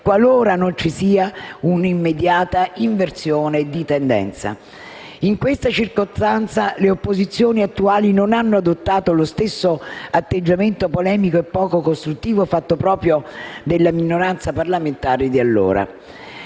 qualora non ci sia una immediata inversione di tendenza. In questa circostanza le opposizioni attuali non hanno adottato lo stesso atteggiamento polemico e poco costruttivo fatto proprio dalla minoranza parlamentare di allora.